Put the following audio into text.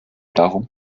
darum